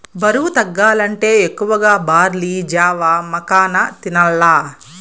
బరువు తగ్గాలంటే ఎక్కువగా బార్లీ జావ, మకాన తినాల్ల